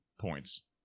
points